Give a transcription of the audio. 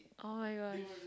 [oh]-my-gosh